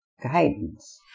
guidance